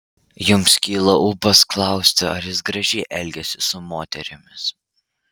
jums kyla ūpas klausti ar jis gražiai elgiasi su moterimis